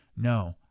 No